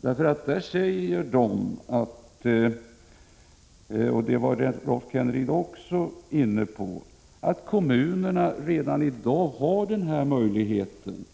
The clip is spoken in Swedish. Där står det — och detta var Rolf Kenneryd också inne på — att kommunerna redan i dag har den här möjligheten